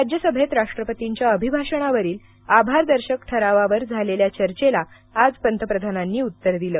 राज्यसभेत राष्ट्रपतींच्या अभिभाषणावरील आभारदर्शक ठरावावर झालेल्या चर्चेला आज पंतप्रधानांनी उत्तर दिलं